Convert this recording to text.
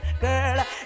girl